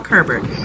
Herbert